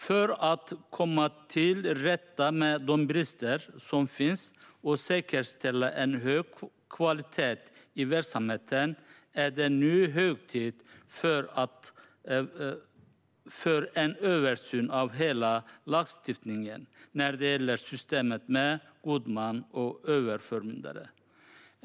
För att man ska komma till rätta med de brister som finns och säkerställa en hög kvalitet i verksamheten är det nu hög tid för en översyn av hela lagstiftningen när det gäller systemet med god man och överförmyndare.